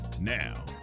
Now